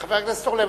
חבר הכנסת אורלב,